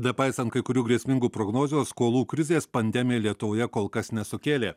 nepaisant kai kurių grėsmingų prognozių skolų krizės pandemija lietuvoje kol kas nesukėlė